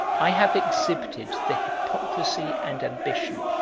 i have exhibited the hypocrisy and ambition,